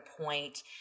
point